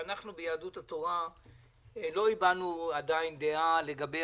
אנחנו ביהדות התורה לא הבענו עדיין דעה לגבי